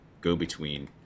go-between